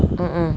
mm mm